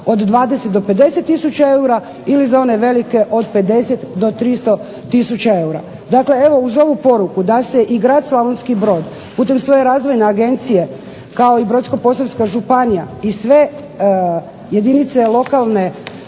od 20 do 50 tisuća eura ili za one velike od 50 do 300 tisuća eura. Dakle, evo uz ovu poruku da se i grad Slavonski Brod putem svoje razvojne agencije kao i Brodsko-posavska županija i sve jedinice lokalne